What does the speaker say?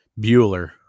Bueller